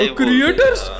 creators